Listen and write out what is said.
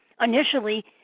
initially